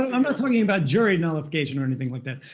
i'm not talking about jury nullification or anything like that.